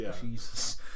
Jesus